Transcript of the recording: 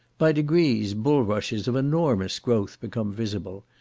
by degrees bulrushes of enormous growth become visible,